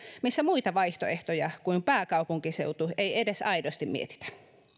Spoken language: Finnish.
missä muita vaihtoehtoja kuin pääkaupunkiseutu ei edes aidosti mietitä